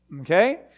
okay